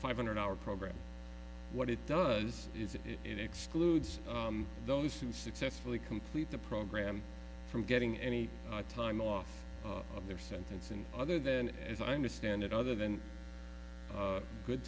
five hundred hour program what it does is it excludes those who successfully complete the program from getting any time off of their sentence and other then as i understand it other than good